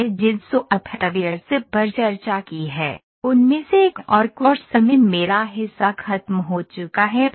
हमने जिन सॉफ्टवेयर्स पर चर्चा की है उनमें से एक और कोर्स में मेरा हिस्सा खत्म हो चुका है